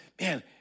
man